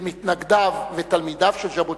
של מתנגדיו ושל תלמידיו של ז'בוטינסקי,